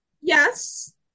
Yes